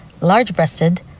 large-breasted